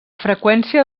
freqüència